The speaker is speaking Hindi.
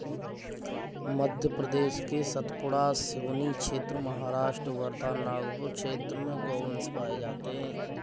मध्य प्रदेश के सतपुड़ा, सिवनी क्षेत्र, महाराष्ट्र वर्धा, नागपुर क्षेत्र में गोवंश पाये जाते हैं